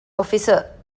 އޮފިސަރ